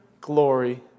glory